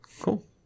Cool